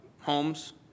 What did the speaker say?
homes